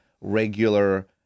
regular